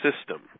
system